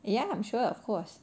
ya I'm sure of course